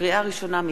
לקריאה ראשונה,